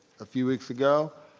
a few weeks ago,